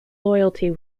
loyalty